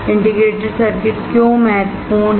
integrated circuit क्यों महत्वपूर्ण है